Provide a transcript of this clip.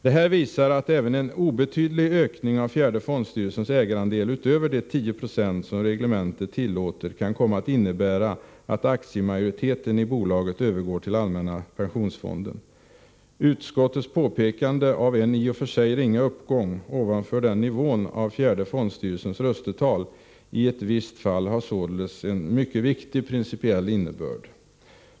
Det här visar att även en obetydlig ökning av fjärde fondstyrelsens ägarandel utöver de 10 96 som reglementet tillåter kan komma att innebära att aktiemajoriteten i bolaget övergår till allmänna pensionsfonden. Utskottets påpekande av en i och för sig ringa uppgång av fjärde fondstyrelsens röstetal i ett visst fall har således mycket viktig principiell innebörd.